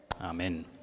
amen